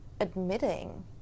admitting